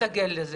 תסתגל לזה.